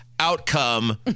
Outcome